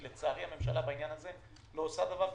כי לצערי הממשלה בעניין הזה לא עושה דבר,